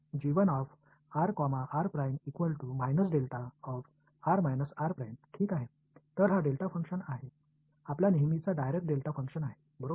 तर हा delta function हा आपला नेहमीचा डायराक डेल्टा फंक्शन आहे बरोबर